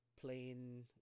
playing